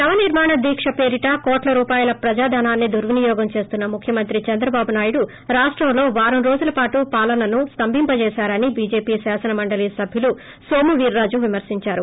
నవనిర్మాణ దీక్ష పేరిట కోట్ల రూపాయల ప్రజాధనాన్ని దుర్పినియోగం చేస్తున్న ముఖ్యమంత్రి చంద్రబాటు నాయుడు రాష్టంలో వారం రోజులపాటు పాలనను స్తంభింపదేశారని బిజెపి శాసన మండలి సభ్యులు నోమువీర్రాజు విమర్పించారు